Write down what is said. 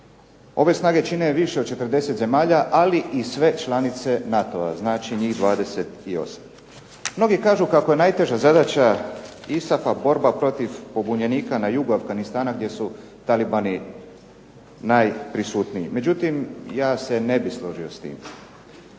Ove snage čine više od 40 zemalja ali i sve članice NATO-a znači njih 28. Mnogi kažu kako je najteža zadaća ISAF-a borba protiv pobunjenika na jugu Afganistana gdje su Talibani najprisutniji. Međutim, ja se ne bih složio s tim.